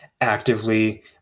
actively